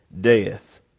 death